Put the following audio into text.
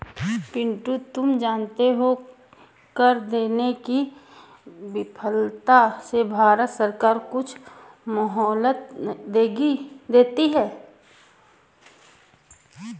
पिंटू तुम जानते हो कर देने की विफलता से भारत सरकार कुछ मोहलत देती है